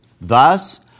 Thus